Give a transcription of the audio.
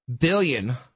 billion